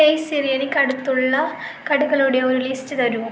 hey Siri എനിക്ക് അടുത്തുള്ള കടകളുടെ ഒരു ലിസ്റ്റ് തരൂ